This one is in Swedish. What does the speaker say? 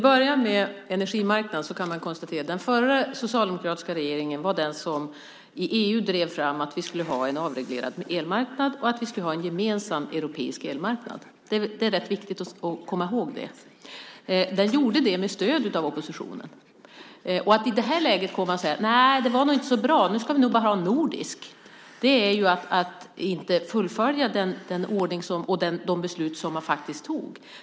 Herr talman! Först kan jag konstatera att det var den förra socialdemokratiska regeringen som i EU drev fram att vi skulle ha en avreglerad elmarknad och en gemensam europeisk elmarknad. Det är rätt viktigt att komma ihåg det. Den förra regeringen gjorde detta med stöd av oppositionen. Att i det här läget komma och säga att det nog inte var så bra och att vi nu bara ska ha en nordisk elmarknad är ju att inte fullfölja de beslut man faktiskt tog.